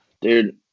Dude